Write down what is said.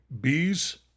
Bees